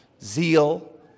zeal